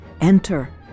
enter